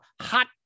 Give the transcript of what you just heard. hot